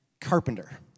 carpenter